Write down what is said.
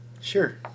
Sure